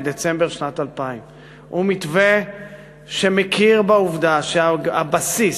מדצמבר שנת 2000. זהו מתווה שמכיר בעובדה שהבסיס